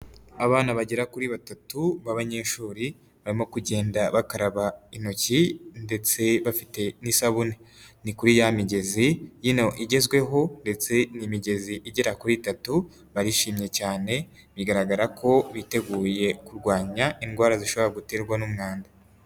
Abana bagera kuri batatu b'abanyeshuri barimo kugenda bakaraba intoki ndetse bafite n'isabune, ni kuri ya migezi ino igezweho ndetse n'imigezi igera kuri itatu, barishimye cyane bigaragara ko biteguye kurwanya indwara zishobora guterwa n'umwanda.